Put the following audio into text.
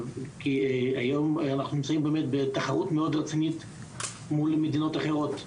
כי היום אנחנו נמצאים באמת בתחרות מאוד רצינית מול מדינות אחרות,